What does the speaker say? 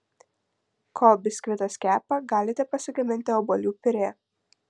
kol biskvitas kepa galite pasigaminti obuolių piurė